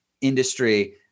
industry